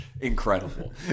incredible